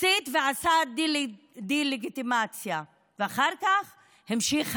הסית ועשה דה-לגיטימציה, ואחר כך המשיך הלאה,